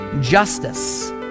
justice